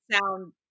sound